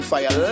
Fire